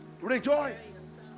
Rejoice